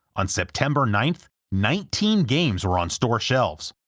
on september ninth, nineteen games were on store shelves,